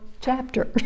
chapter